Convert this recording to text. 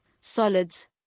solids